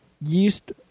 yeast